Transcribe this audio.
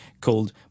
called